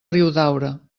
riudaura